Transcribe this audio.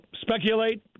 speculate